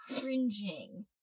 cringing